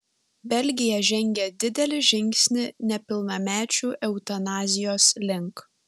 belgija žengė didelį žingsnį nepilnamečių eutanazijos link